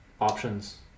Options